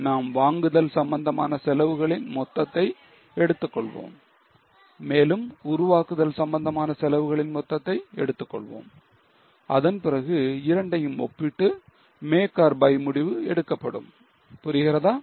எனவே நாம் வாங்குதல் சம்பந்தமான செலவுகளின் மொத்தத்தை எடுத்துக் கொள்வோம் மேலும் உருவாக்குதல் சம்பந்தமான செலவுகளின் மொத்தத்தை எடுத்துக் கொள்வோம் அதன் பிறகு இரண்டையும் ஒப்பிட்டு make or buy முடிவு எடுக்கப்படும் புரிகிறதா